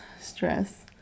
Stress